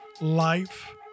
life